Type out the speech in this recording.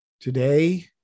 Today